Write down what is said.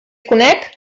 conec